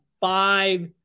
five